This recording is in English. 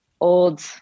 old